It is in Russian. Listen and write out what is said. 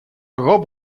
гоп